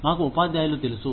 మాకు ఉపాధ్యాయులు తెలుసు